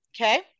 Okay